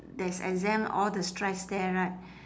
there's exam all the stress there right